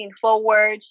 forward